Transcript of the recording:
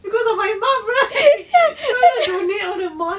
cause of my mum right she wanted to donate all the mosques